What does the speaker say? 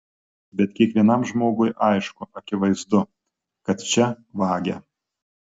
bet kiekvienam žmogui aišku akivaizdu kad čia vagia